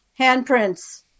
handprints